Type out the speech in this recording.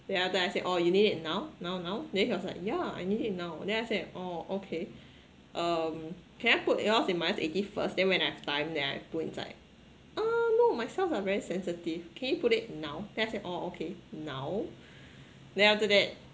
yeah then I said oh you need it now now now then he was like yeah I need now then I was like oh okay um can I put yours in minus eighty first then when I have time then I put inside oh no my cells are very sensitive can you put it now then I say oh okay now then after that